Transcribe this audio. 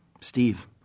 Steve